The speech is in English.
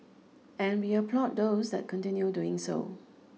and we applaud those that continue doing so